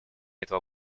этого